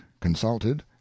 consulted